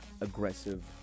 aggressive